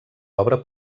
obra